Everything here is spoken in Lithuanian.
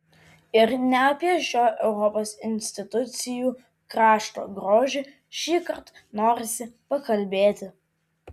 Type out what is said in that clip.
ir ne apie šio europos institucijų krašto grožį šįkart norisi pakalbėti